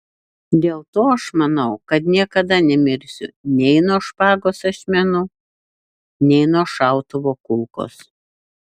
dėl to aš manau kad niekada nemirsiu nei nuo špagos ašmenų nei nuo šautuvo kulkos